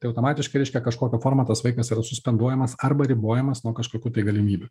tai automatiškai reiškia kažkokia forma tas vaikas yra suspenduojamas arba ribojamas nuo kažkokių tai galimybių